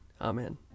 Amen